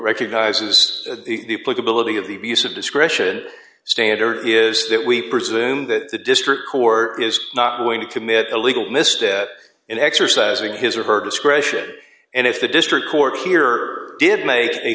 recognizes the ability of the abuse of discretion standard is that we presume that the district court is not going to mitt illegal missed it in exercising his or her discretion and if the district court here did make a